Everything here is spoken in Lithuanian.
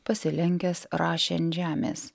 pasilenkęs rašė ant žemės